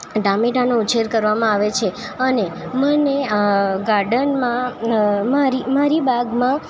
ટામેટાંનો ઉછેર કરવામાં આવે છે અને મને ગાર્ડનમાં મારી મારી બાગમાં